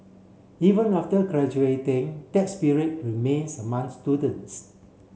even after graduating that spirit remains among students